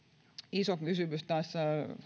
iso kysymys tässä